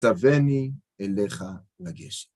תווני אליך לגשם.